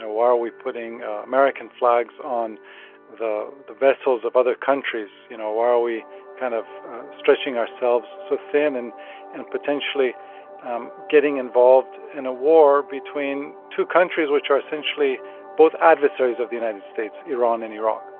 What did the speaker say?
why are we putting american flags on the the vessels of other countries? you know, why are we kind of stretching ourselves so thin and and potentially um getting involved in a war between two countries, which are essentially both adversaries of the united states iran and iraq?